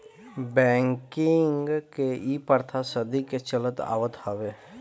banking के इ प्रथा सदी के चलत आवत हवे